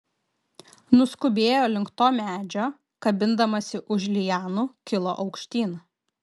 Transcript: nuskubėjo link to medžio kabindamasi už lianų kilo aukštyn